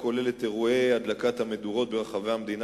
הכולל את אירועי הדלקת המדורות ברחבי המדינה